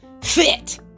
fit